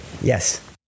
yes